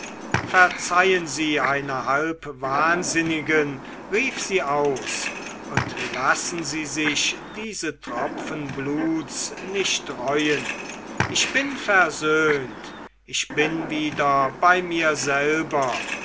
verzeihen sie einer halbwahnsinnigen rief sie aus und lassen sie sich diese tropfen bluts nicht reuen ich bin versöhnt ich bin wieder bei mir selber